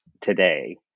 today